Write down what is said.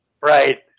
right